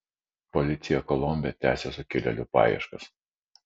policija kolombe tęsia sukilėlių paieškas